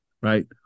right